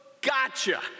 gotcha